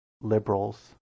liberals